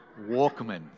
Walkman